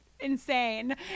insane